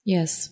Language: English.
Yes